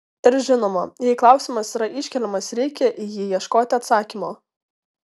ir žinoma jei klausimas yra iškeliamas reikia į jį ieškoti atsakymo